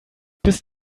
bis